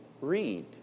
read